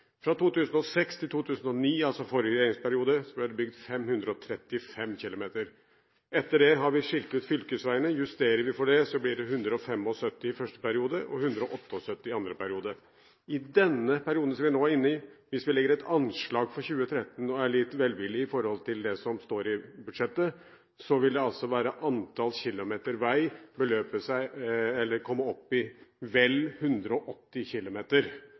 Fra 2002 til 2005 ble det bygd 525 km vei, skriver departementet. Fra 2006 til 2009 – altså forrige regjeringsperiode – ble det bygd 535 km. Etter det har vi skilt ut fylkesveiene – justerer vi for det, blir det 175 km i første periode og 178 i andre periode. I den perioden vi er inne i – hvis vi gjør et anslag for 2013 og er litt velvillige til det som står i budsjettet – vil antall kilometer vei komme opp i vel 180,